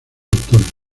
autónoma